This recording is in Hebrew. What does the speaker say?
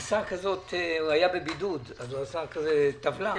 היה בבידוד, ועשה טבלה.